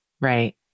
Right